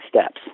steps